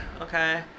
okay